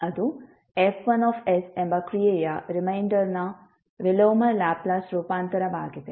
ಅದು F1sಎಂಬ ಕ್ರಿಯೆಯ ರಿಮೈಂಡರ್ನ ವಿಲೋಮ ಲ್ಯಾಪ್ಲೇಸ್ ರೂಪಾಂತರವಾಗಿದೆ